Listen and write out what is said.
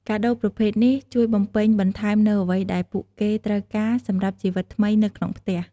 កាដូប្រភេទនេះជួយបំពេញបន្ថែមនូវអ្វីដែលពួកគេត្រូវការសម្រាប់ជីវិតថ្មីនៅក្នុងផ្ទះ។